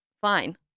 Fine